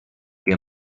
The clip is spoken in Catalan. que